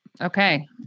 Okay